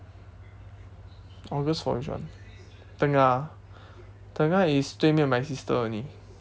august for which one tengah tengah is 对面 my sister only